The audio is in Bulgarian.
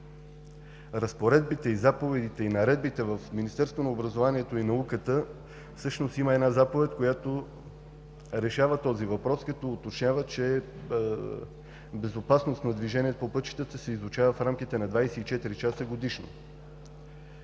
разпоредбите, заповедите и наредбите в Министерство на образованието и науката. Всъщност има една заповед, която решава този въпрос, като уточнява, че безопасност на движение по пътищата се изучава в рамките на 24 часа годишно,